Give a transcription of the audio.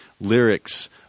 lyrics